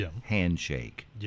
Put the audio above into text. handshake